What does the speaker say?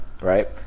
right